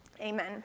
Amen